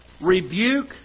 rebuke